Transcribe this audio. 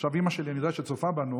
עכשיו אימא שלי, אני יודע שהיא צופה בנו,